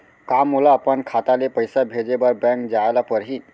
का मोला अपन खाता ले पइसा भेजे बर बैंक जाय ल परही?